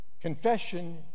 Confession